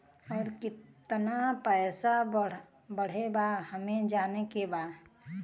और कितना पैसा बढ़ल बा हमे जाने के बा?